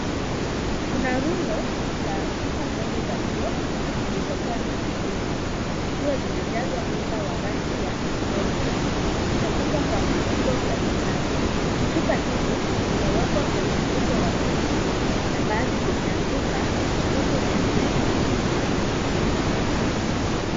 Kuna rundo la chupa ndogo la kioo, zilizokuwa zimetumiwa zikiwa zimejazwa unga wa rangi ya udongo. Zimefungwa kwa vizigo vya metali. Chupa hizi, zimewekwa kwenye uso wa kijivu na baadhi zimeanguka huku zingine zimesimama.